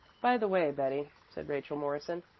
by the way, betty, said rachel morrison,